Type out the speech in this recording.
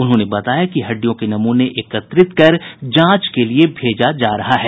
उन्होंने बताया कि हड्डियों के नमूने एकत्रित कर जांच से लिए भेजा जा रहा है